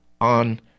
on